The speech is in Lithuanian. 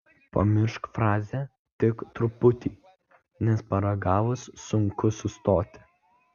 pamiršk frazę tik truputį nes paragavus sunku sustoti